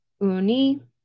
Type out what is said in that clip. Uni